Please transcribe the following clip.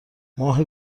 ماه